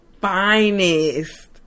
finest